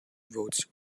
votes